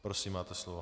Prosím, máte slovo.